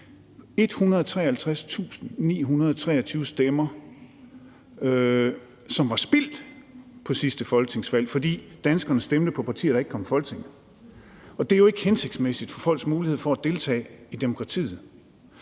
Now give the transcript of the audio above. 153.923 stemmer, som var spildt ved sidste folketingsvalg, fordi danskerne stemte på partier, der ikke kom i Folketinget, og det er jo ikke hensigtsmæssigt for folks mulighed for at deltage i demokratiet.